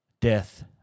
death